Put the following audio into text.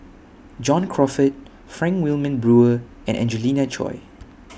John Crawfurd Frank Wilmin Brewer and Angelina Choy